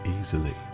easily